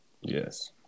Yes